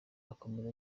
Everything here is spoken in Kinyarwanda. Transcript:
akomeza